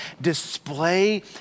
display